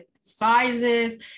sizes